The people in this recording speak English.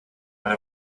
met